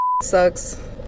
sucks